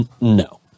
No